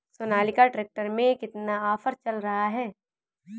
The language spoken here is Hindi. सोनालिका ट्रैक्टर में कितना ऑफर चल रहा है?